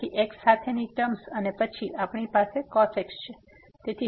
તેથી x સાથેની terms અને પછી આપણી પાસે અહીં cos x છે